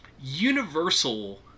Universal